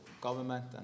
government